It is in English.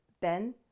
Ben